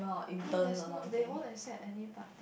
no there's no they won't accept any part